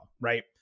right